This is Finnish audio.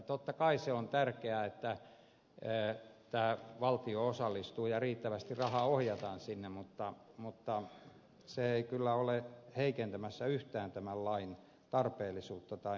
totta kai on tärkeää että valtio tähän osallistuu ja riittävästi rahaa ohjataan sinne mutta se ei kyllä ole heikentämässä yhtään tämän lain tarpeellisuutta tai merkitystä